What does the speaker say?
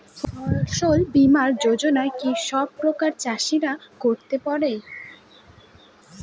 ফসল বীমা যোজনা কি সব প্রকারের চাষীরাই করতে পরে?